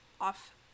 off